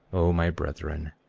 o my brethren,